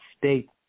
state